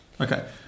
Okay